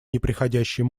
непреходящей